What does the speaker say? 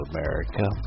America